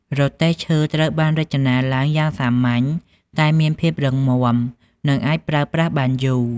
រទេះឈើត្រូវបានរចនាឡើងយ៉ាងសាមញ្ញតែមានភាពរឹងមាំ និងអាចប្រើប្រាស់បានយូរ។